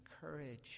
courage